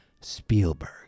Spielberg